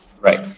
Right